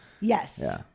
Yes